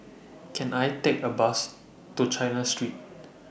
Can I Take A Bus to China Street